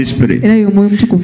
Spirit